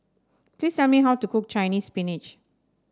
please tell me how to cook Chinese Spinach